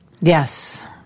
Yes